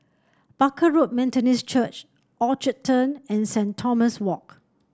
Barker Road Methodist Church Orchard Turn and Saint Thomas Walk